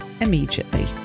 immediately